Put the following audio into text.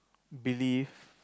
believe